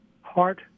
heart